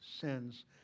Sins